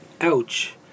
Ouch